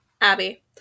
Abby